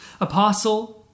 Apostle